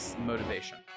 motivation